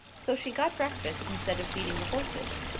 so she got breakfast instead of feeding the horses.